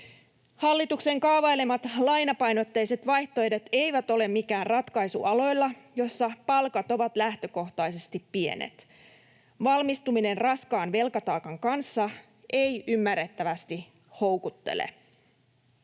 Hallituksen kaavailemat lainapainotteiset vaihtoehdot eivät ole mikään ratkaisu aloilla, joilla palkat ovat lähtökohtaisesti pienet. Valmistuminen raskaan velkataakan kanssa ei ymmärrettävästi houkuttele.